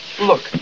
Look